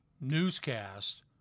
newscast